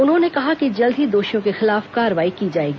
उन्होंने कहा कि जल्द ही दोषियों के खिलाफ कार्रवाई की जाएगी